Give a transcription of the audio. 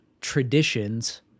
traditions